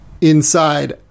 inside